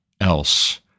else